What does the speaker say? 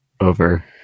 over